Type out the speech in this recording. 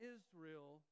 Israel